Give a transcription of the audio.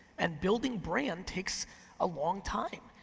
and building brand takes a long time.